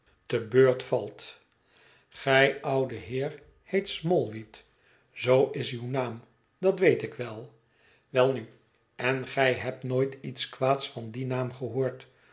is beurt valt gij oude heer heet smallweed zoo is uw naam dat weet ik wel welnu en gij hebt nooit iets kwaads van dien naam gehoord